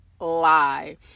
lie